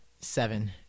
seven